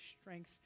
strength